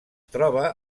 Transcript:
troba